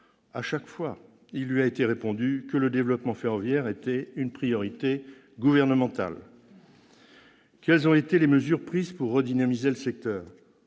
À chaque fois, il lui a été répondu que le développement ferroviaire était une priorité gouvernementale ! Quelles ont été les mesures prises pour redynamiser le secteur ?